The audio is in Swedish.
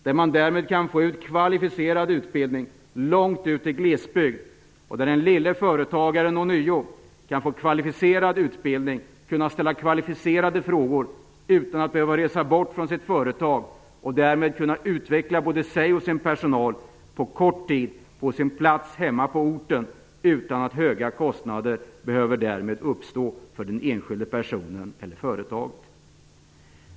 Därmed kan man få ut kvalificerad utbildning långt ut i glesbygden, och den lille företagaren kan få kvalificerad utbildning och möjlighet att ställa kvalificerade frågor utan att behöva resa bort från sitt företag. Därmed kan både företagare och personal utveckla sig på kort tid på plats hemma på orten utan att höga kostnader därmed behöver uppstå för den enskilde personen eller företaget.